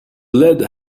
lead